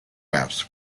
rafts